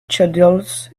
schedules